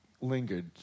lingered